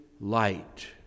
light